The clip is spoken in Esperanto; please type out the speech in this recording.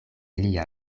lia